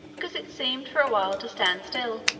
because it seemed for awhile to stand still.